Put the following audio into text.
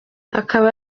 akaba